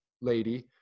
lady